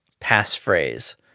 passphrase